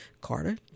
Carter